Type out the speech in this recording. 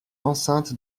enceinte